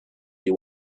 you